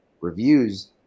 Reviews